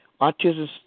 Autism